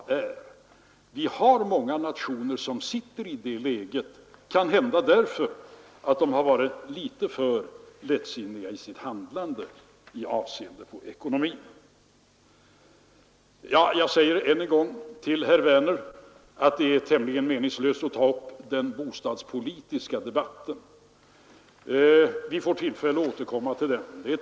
Många nationer befinner sig i det läget, kanhända därför att de varit litet för lättsinniga i sitt handlande med avseende på ekonomin. Jag säger än en gång till herr Werner i Tyresö att det är tämligen meningslöst att ta upp den bostadspolitiska debatten. Vi får tillfälle att återkomma till den.